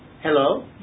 Hello